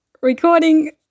recording